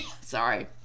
sorry